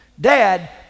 Dad